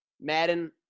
Madden